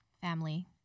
family